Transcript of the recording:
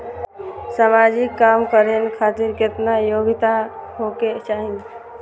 समाजिक काम करें खातिर केतना योग्यता होके चाही?